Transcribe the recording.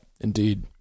Indeed